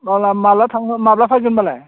माला माला थांगोन माब्ला फायगोन होमब्लालाय